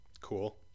Cool